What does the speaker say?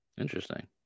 Interesting